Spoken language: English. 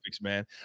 man